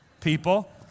people